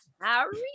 Harry